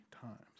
times